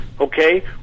Okay